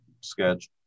sketch